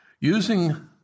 Using